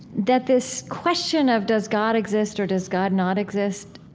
that this question of does god exist, or does god not exist,